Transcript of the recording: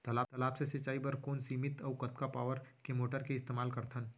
तालाब से सिंचाई बर कोन सीमित अऊ कतका पावर के मोटर के इस्तेमाल करथन?